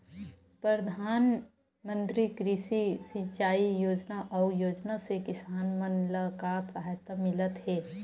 प्रधान मंतरी कृषि सिंचाई योजना अउ योजना से किसान मन ला का सहायता मिलत हे?